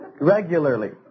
Regularly